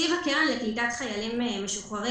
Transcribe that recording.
תקציב הקרן לקליטת חיילים משוחררים